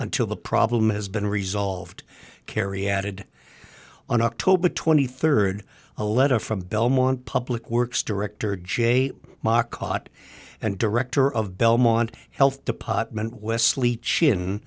until the problem has been resolved kerry added on october twenty third a letter from belmont public works director j marcotte and director of belmont health department wesley chin